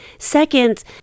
Second